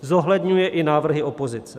Zohledňuje i návrhy opozice.